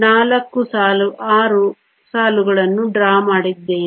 6 ಸಾಲುಗಳನ್ನು ಡ್ರಾ ಮಾಡಿದ್ದೇನೆ